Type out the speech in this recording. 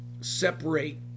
separate